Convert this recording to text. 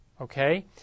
okay